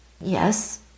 Yes